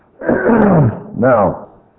Now